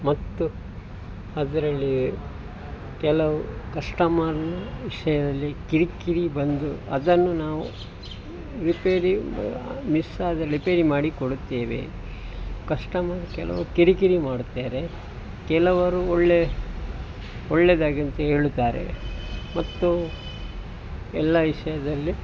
ಮತ್ತು ಅದರಲ್ಲಿ ಕೆಲವು ಕಸ್ಟಮರ್ನ ವಿಷಯದಲ್ಲಿ ಕಿರಿಕಿರಿ ಬಂದು ಅದನ್ನು ನಾವು ರಿಪೇರಿ ಮಿಸ್ಸಾದಲ್ಲಿ ರಿಪೇರಿ ಮಾಡಿಕೊಡುತ್ತೇವೆ ಕಸ್ಟಮರ್ ಕೆಲವ್ರ್ ಕಿರಿಕಿರಿ ಮಾಡುತ್ತಾರೆ ಕೆಲವರು ಒಳ್ಳೆಯ ಒಳ್ಳೆದಾಗಿದೆ ಅಂತ ಹೇಳುತ್ತಾರೆ ಮತ್ತು ಎಲ್ಲ ವಿಷಯದಲ್ಲಿ